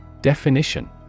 Definition